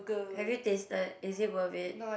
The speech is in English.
have you tasted is it worth it